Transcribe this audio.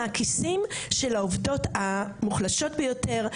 מן הכיסים של העובדות המוחלשות ביותר,